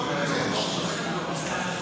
עשרה בעד, אין מתנגדים.